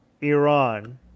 Iran